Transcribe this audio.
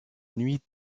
nuit